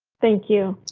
thank you.